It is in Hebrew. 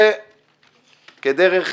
וכדרך